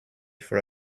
for